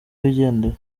wigendere